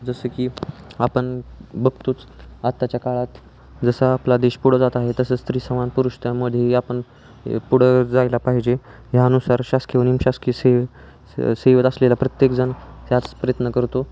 जसं की आपण बघतोच आत्ताच्या काळात जसं आपला देश पुढं जात आहे तसं स्त्री समान पुरुष त्यामध्ये आपण पुढं जायला पाहिजे ह्यानुसार शासकीय व निमशासकीय सेवत असलेला प्रत्येकजण हाच प्रयत्न करतो